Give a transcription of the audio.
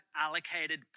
allocated